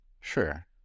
Sure